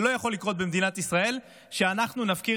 זה לא יכול לקרות במדינת ישראל שאנחנו נפקיר